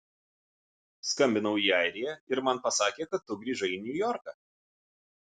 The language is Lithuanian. skambinau į airiją ir man pasakė kad tu grįžai į niujorką